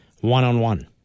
one-on-one